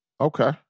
Okay